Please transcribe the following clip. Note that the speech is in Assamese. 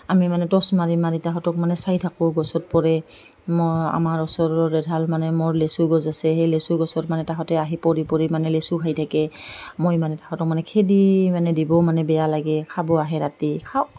আমি মানে টচ মাৰি মাৰি সিহঁতক মানে চাই থাকোঁ গছত পৰে মই আমাৰ ওচৰৰ মানে মোৰ লেচু গছ আছে সেই লেচু গছৰ মানে তাহঁতে আহি পৰি পৰি মানে লেচু খাই থাকে মই মানে সিহঁতক মানে খেদি মানে দিবও মানে বেয়া লাগে খাব আহে ৰাতি খাওক